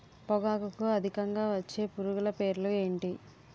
పొగాకులో అధికంగా వచ్చే పురుగుల పేర్లు ఏంటి